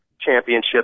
Championship